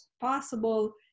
possible